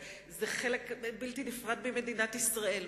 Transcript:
זה חלק בלתי נפרד ממדינת ישראל,